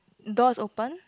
door is open